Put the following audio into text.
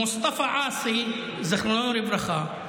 מוסטפא עאסי, זיכרונו לברכה,